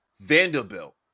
Vanderbilt